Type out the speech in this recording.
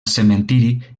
cementiri